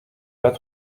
pas